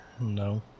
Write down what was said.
No